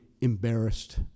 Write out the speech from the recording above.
embarrassed